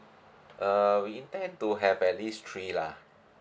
uh we intend to have at least three lah